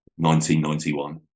1991